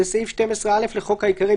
בסעיף 12(א) לחוק העיקרי,